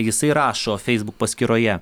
jisai rašo feisbuk paskyroje